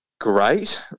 great